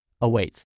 awaits